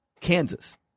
Kansas